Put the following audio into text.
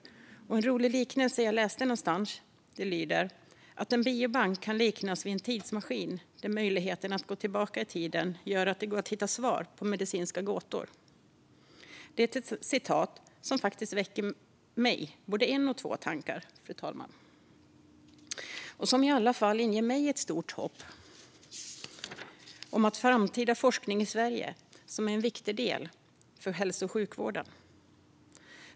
Jag läste en rolig liknelse någonstans - att en biobank "kan liknas vid en tidsmaskin där möjligheten att gå tillbaka i tiden gör att det går att hitta svar på medicinska gåtor". Det är ett citat som väcker både en och två tankar hos mig, fru talman, och som inger i alla fall mig stort hopp om den framtida forskningen i Sverige som en viktig del för hälso och sjukvården.